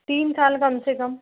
तीन साल कम से कम